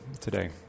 today